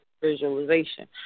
visualization